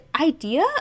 idea